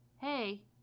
hey